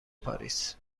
پاریس